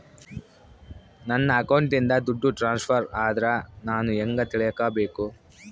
ನನ್ನ ಅಕೌಂಟಿಂದ ದುಡ್ಡು ಟ್ರಾನ್ಸ್ಫರ್ ಆದ್ರ ನಾನು ಹೆಂಗ ತಿಳಕಬೇಕು?